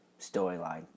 storyline